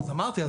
הכנסת, כן.